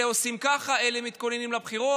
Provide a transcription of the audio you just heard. אלה עושים ככה, אלה מתכוננים לבחירות.